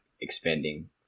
expanding